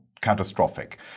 catastrophic